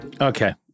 Okay